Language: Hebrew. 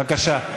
בבקשה.